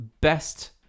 best